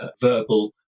verbal